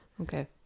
Okay